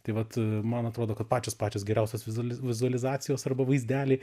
tai vat man atrodo kad pačios pačios geriausios vizuali vizualizacijos arba vaizdeliai